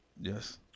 Yes